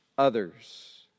Others